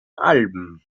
alben